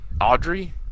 Audrey